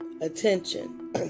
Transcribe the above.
attention